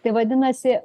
tai vadinasi